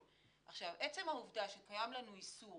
עכשיו, עצם העובדה שקיים איסור